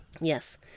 Yes